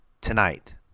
tonight